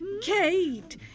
Kate